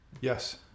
Yes